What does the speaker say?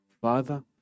father